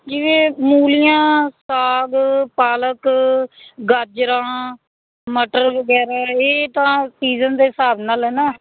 ਜਿਵੇਂ ਮੂਲੀਆਂ ਸਾਗ ਪਾਲਕ ਗਾਜਰਾਂ ਮਟਰ ਵਗੈਰਾ ਇਹ ਤਾਂ ਸੀਜ਼ਨ ਦੇ ਹਿਸਾਬ ਨਾਲ ਹੈ ਨਾ